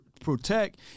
protect